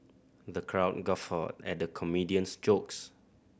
the crowd guffawed at the comedian's jokes